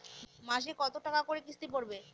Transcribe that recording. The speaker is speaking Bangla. মাসে কত টাকা করে কিস্তি পড়বে?